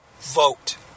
Vote